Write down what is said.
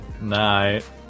Night